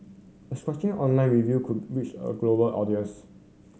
a scathing online review could reach a global audience